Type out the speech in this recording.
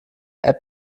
app